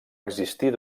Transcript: existir